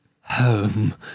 home